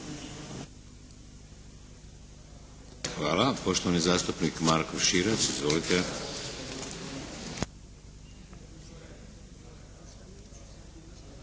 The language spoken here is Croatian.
Hvala. Poštovani zastupnik Marko Širac. Izvolite.